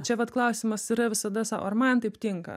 čia vat klausimas yra visada sau ar man taip tinka